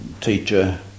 teacher